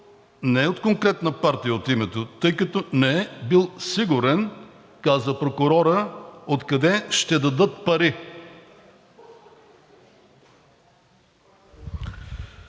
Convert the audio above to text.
на конкретна партия, тъй като не е бил сигурен, казва прокурорът, откъде ще дадат пари.